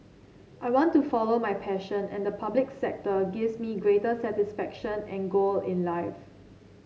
I want to follow my passion and the public sector gives me greater satisfaction and goal in life